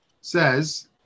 says